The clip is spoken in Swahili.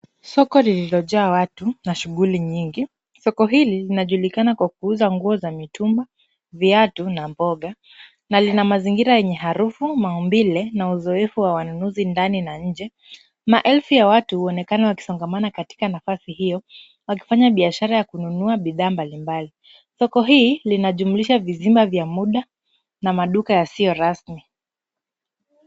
Soko lililojaa watu na shughuli nyingi, soko hili linajulikana kwa kuuza nguo za mitumba, viatu na mboga na lina mazingira yenye harufu, maumbile na uzoefu wa wanunuzi ndani na nje. Maelfu ya watu huonekana wakisongamana katika nafasi hiyo, wakifanya biashara ya kununua bidhaa mbalimbali . Soko hii linajumlisha vizima vya muda na maduka yasiyo rasmi.